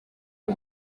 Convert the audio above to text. aba